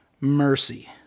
mercy